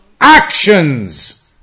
actions